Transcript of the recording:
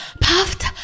puffed